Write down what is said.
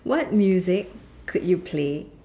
what music could you play